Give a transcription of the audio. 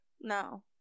no